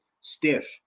stiff